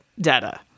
data